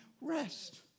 rest